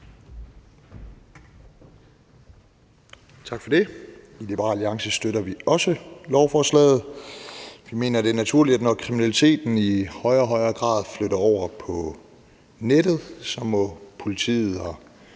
Tak for det. I Liberal Alliance støtter vi også lovforslaget. Vi mener, at det er naturligt, at når kriminalitet i højere og højere grad flytter over på nettet, må politiet og